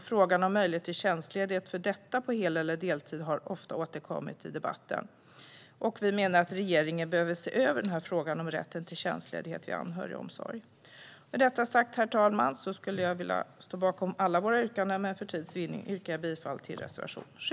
Frågan om möjlighet till tjänstledighet för detta på hel eller deltid har ofta återkommit i debatten. Vi menar att regeringen behöver se över frågan om rätt till tjänstledighet vid anhörigomsorg. Herr talman! Jag står bakom alla våra reservationer, men för tids vinnande yrkar jag bifall bara till reservation 7.